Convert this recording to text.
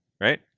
right